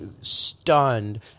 stunned